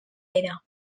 era